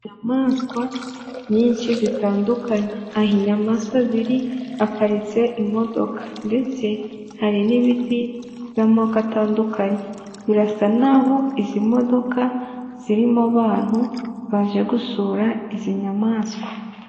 Inyamaswa nyinshi zitandukanye aha inyamaswa ziri haparitse imodoka ndetse hari n'ibiti by'amoko atandukanye birasa nk'aho izi modoka zirimo abantu baje gusura izi nyamaswa.